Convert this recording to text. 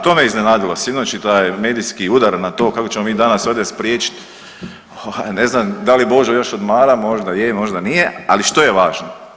To me iznenadilo sinoć i taj medijski udar na to kako ćemo mi danas ovdje spriječiti ovaj, ne znam da li Božo još odmara, možda je, možda nije, ali što je važno?